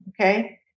Okay